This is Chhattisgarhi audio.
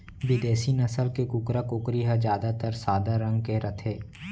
बिदेसी नसल के कुकरा, कुकरी ह जादातर सादा रंग के रथे